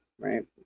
right